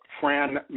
Fran